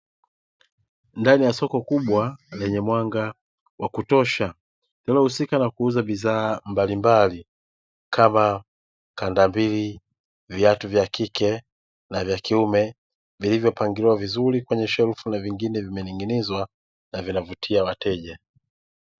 Ndani ya soko kubwa lenye mwanga wa kutosha linalohusika na kuuza bidhaa mbalimbali, kama kandambili, viatu vya kike na vya kiume, vilivyopangwa vizuri kwenye shelfu vinaning'inia na kuwavutia wateja.